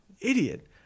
Idiot